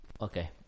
Okay